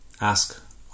ask